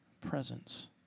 presence